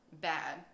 bad